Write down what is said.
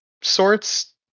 sorts